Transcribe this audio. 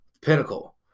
Pinnacle